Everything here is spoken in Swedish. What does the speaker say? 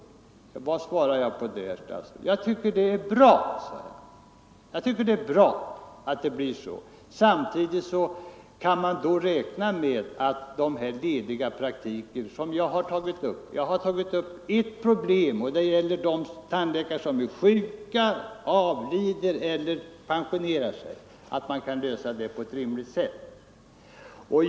Vad har jag svarat på det? Jag har sagt att jag tycker att det är bra att det blir så. Men jag har tagit upp ett problem, nämligen hur man på ett rimligt sätt skall förfara med de praktiker som utnyttjats av tandläkare som är sjuka, som pensionerar sig eller som avlider.